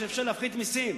שאפשר להפחית מסים.